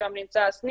ששם נמצא הסניף,